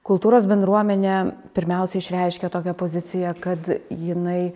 kultūros bendruomenė pirmiausiai išreiškė tokią poziciją kad jinai